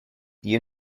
you